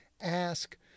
ask